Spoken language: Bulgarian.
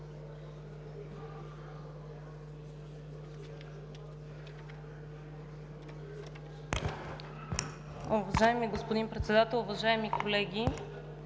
Уважаеми господин Председател, уважаеми колеги!